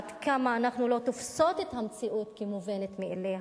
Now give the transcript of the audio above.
עד כמה אנחנו לא תופסות את המציאות כמובנת מאליה,